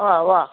ഓ ഓ